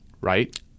right